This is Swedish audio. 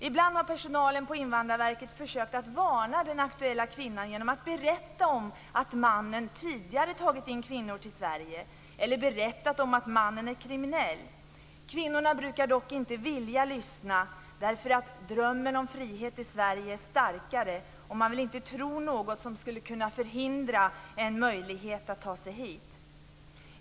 Ibland har personalen på Invandrarverket försökt att varna den aktuella kvinnan genom att berätta att mannen tidigare har tagit in kvinnor till Sverige eller att mannen är kriminell. Kvinnorna brukar dock inte vilja lyssna, därför att drömmen om frihet i Sverige är starkare. Man vill inte tro något som skulle kunna förhindra en möjlighet att ta sig hit.